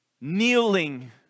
kneeling